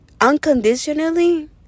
unconditionally